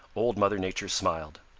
old mother nature smiled.